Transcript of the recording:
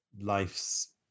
life's